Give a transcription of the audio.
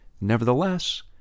Nevertheless